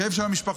הכאב של המשפחות,